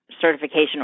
certification